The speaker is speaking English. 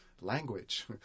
language